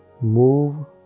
move